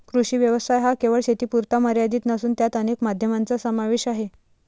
कृषी व्यवसाय हा केवळ शेतीपुरता मर्यादित नसून त्यात अनेक माध्यमांचा समावेश आहे